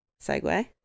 segue